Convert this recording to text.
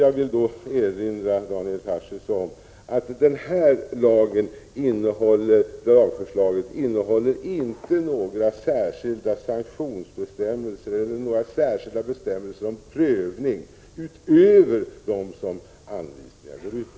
Jag vill erinra Daniel Tarschys om att det lagförslag som vi nu behandlar inte innehåller några sanktionsbestämmelser eller några särskilda bestämmelser om prövning utöver dem som anvisningarna ger.